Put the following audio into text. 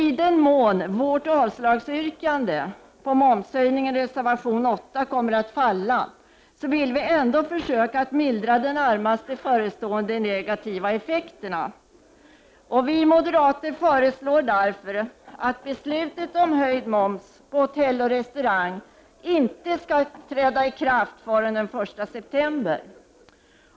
I den mån vårt avslagsyrkande på momshöjningen i reservation 8 kommer att falla, vill vi ändå försöka att mildra de närmast förestående negativa effekterna. Vi moderater föreslår därför att beslutet om höjd moms på hotell och restaurang inte skall träda i kraft förrän den 1 september.